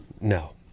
No